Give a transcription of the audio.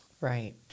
Right